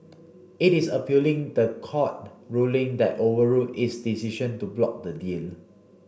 it is appealing the court ruling that overruled its decision to block the deal